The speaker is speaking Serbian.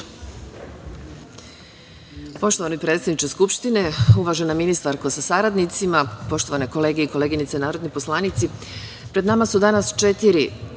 Poštovani predsedniče Skupštine, uvažena ministarko sa saradnicima, poštovane kolege i koleginice narodni poslanici. Pred nama su danas četiri